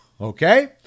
Okay